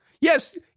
Yes